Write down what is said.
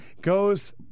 goes